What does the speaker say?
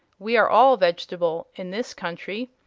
we are all vegetable, in this country.